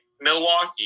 Milwaukee